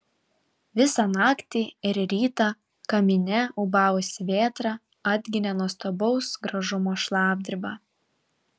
visą naktį ir rytą kamine ūbavusi vėtra atginė nuostabaus gražumo šlapdribą